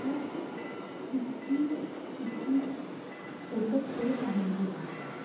तर इतकी इतकी ओतप्रोत आहे ही भाषा